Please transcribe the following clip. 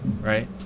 Right